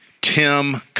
Tim